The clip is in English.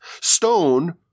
stone